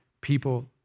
people